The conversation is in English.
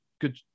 good